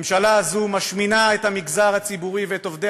הממשלה הזו משמינה את המגזר הציבורי ואת עובדי